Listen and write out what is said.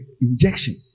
injection